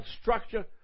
structure